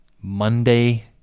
monday